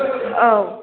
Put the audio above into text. औ